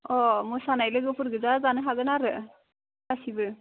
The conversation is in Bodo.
अ' मोसानाय लोगोफोर गोजा जानो हागोन आरो गासिबो